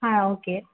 ஆ okay